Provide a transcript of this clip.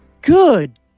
Good